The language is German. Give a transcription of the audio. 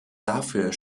dafür